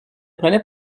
prenais